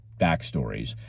Backstories